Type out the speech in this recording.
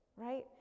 right